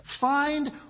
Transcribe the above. Find